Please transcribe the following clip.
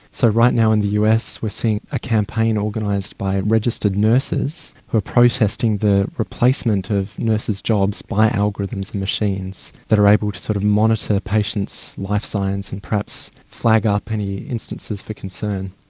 so right now in the us we are seeing a campaign organised by registered nurses who are protesting the replacement of nurses' jobs by algorithms and machines that are able to sort of monitor patients' life signs and perhaps flag up any instances for concern.